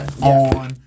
on